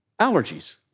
allergies